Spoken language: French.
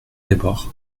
d’abord